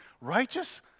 righteous